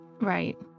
Right